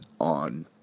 on